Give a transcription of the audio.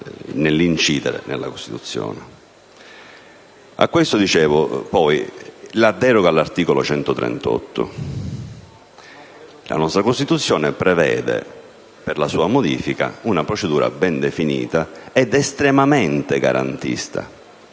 quanto riguarda la deroga all'articolo 138, la nostra Costituzione prevede per la sua modifica una procedura ben definita ed estremamente garantista,